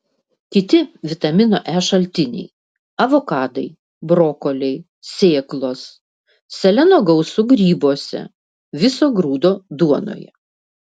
kiti vitamino e šaltiniai avokadai brokoliai sėklos seleno gausu grybuose viso grūdo duonoje